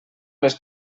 les